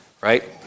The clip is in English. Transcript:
right